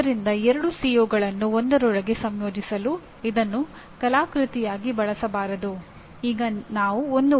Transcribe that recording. ಉತ್ತಮ ಎಂಜಿನಿಯರ್ನ ಮತ್ತೊಂದು ಗುಣಲಕ್ಷಣವೆಂದರೆ ಗ್ರಾಹಕರ ಅಗತ್ಯತೆಗಳ ಮತ್ತು ಮಾರುಕಟ್ಟೆಯ ಪ್ರವೃತ್ತಿಗಳ ಅರಿವು ಇರುವುದು